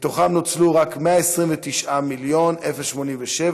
ומתוכו נוצלו רק 129.087 מיליון שקלים,